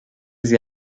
sie